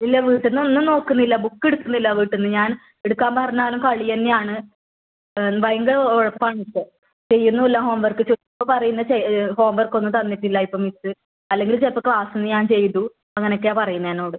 ഇല്ല വീട്ടിൽനിന്ന് ഒന്നും നോക്കുന്നില്ല ബുക്ക് എടുക്കുന്നില്ല വീട്ടിൽനിന്ന് ഞാൻ എടുക്കാൻ പറഞ്ഞാലും കളിതന്നെ ആണ് ഭയങ്കര ഉഴപ്പ് ആണ് ഇപ്പോൾ ചെയ്യുന്നും ഇല്ല ഹോം വർക്ക് പറയുന്ന ഹോം വർക്ക് ഒന്നും തന്നിട്ട് ഇല്ല മിസ്സ് അല്ലെങ്കിൽ ചിലപ്പോൾ ക്ലാസ്സിൽനിന്ന് ഞാൻ ചെയ്തു അങ്ങനെ ഒക്കെയാ പറയുന്നത് എന്നോട്